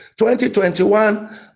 2021